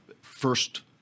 first